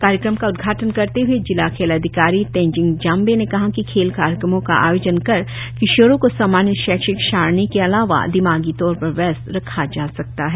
कार्यक्रम का उद्घाटन करते हए जिला खेल अधिकारी तेनजिंग जाम्बे ने कहा कि खेल कार्यक्रमों का आयोजन कर किशोरों को सामान्य शैक्षिक सारणी के अलावा दिमागी तौर पर व्यस्त रखा जा सकता है